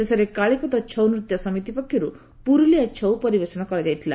ଶେଷରେ କାଳିପଦ ଛଉ ନୂତ୍ୟ ସମିତି ପକ୍ଷରୁ ପୁରୁଲିଆ ଛଉ ପରିବେଷଣ କରାଯାଇଥିଲା